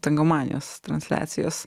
tangomanijos transliacijos